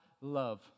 love